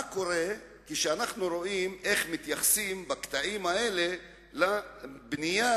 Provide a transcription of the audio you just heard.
אנו רואים איך מתייחסים בקטעים האלה לבנייה